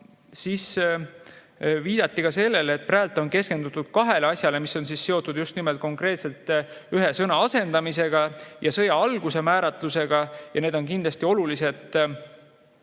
Viidati ka sellele, et praegu on keskendutud kahele asjale, mis on seotud just nimelt konkreetselt ühe sõna asendamisega ja sõja alguse määratlusega. Need on kindlasti olulised